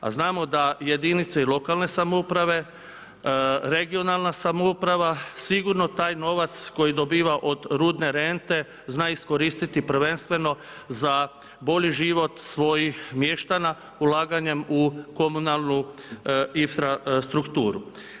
A znamo da jedinice i lokalne samouprave, regionalna samouprave sigurno taj novac koji dobiva od rudne rente zna iskoristiti prvenstveno za bolji život svojih mještana, ulaganjem u komunalnu infrastrukturu.